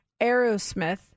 aerosmith